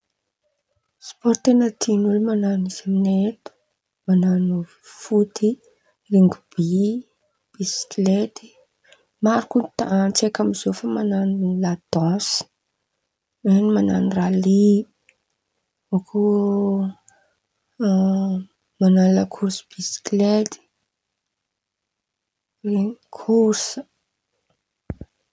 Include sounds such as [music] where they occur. Spaoro ten̈a tian̈'olo man̈ano izy amin̈ay eto man̈ano foty, riongoby, biskilety, maro ko tsaiky amin̈ao man̈ano la dansy, ren̈y man̈ano ralÿ eo ko [hesitation] man̈ano la korôsy biskilety, eo korôsy.